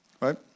Right